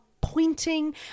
pointing